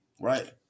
Right